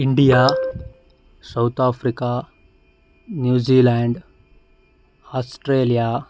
India South Africa New Zealand Australia